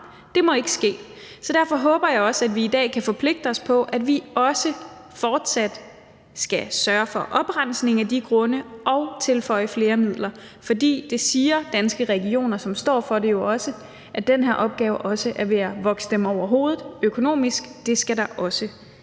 Det må ikke ske, så derfor håber jeg også, at vi i dag kan forpligte os på, at vi også fortsat skal sørge for oprensning af de grunde og tilføje flere midler. Danske Regioner, som står for det, siger jo også, at den her opgave er ved at vokse dem over hovedet økonomisk. Det skal der også ses